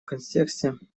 контексте